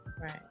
Right